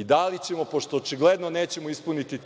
I da li ćemo, pošto očigledno nećemo ispuniti